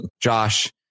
Josh